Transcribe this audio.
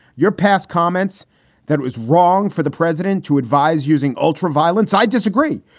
your past comments that it was wrong for the president to advise using ultraviolence. i disagree.